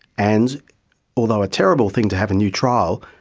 and although a terrible thing to have a new trial,